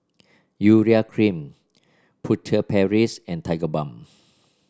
Urea Cream Furtere Paris and Tigerbalm